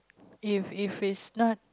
if if if is not